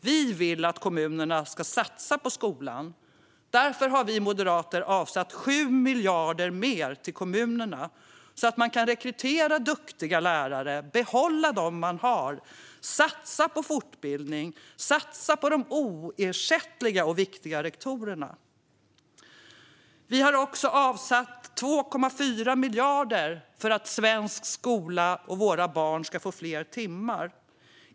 Vi vill att kommunerna ska satsa på skolan. Därför har vi moderater avsatt 7 miljarder mer till kommunerna så att man kan rekrytera duktiga lärare, behålla dem man har, satsa på fortbildning och satsa på de oersättliga och viktiga rektorerna. Vi har också avsatt 2,4 miljarder för att svensk skola och våra barn ska få fler timmar.